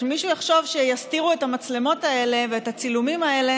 אם מישהו יחשוב שיסתירו את המצלמות האלה ואת הצילומים האלה,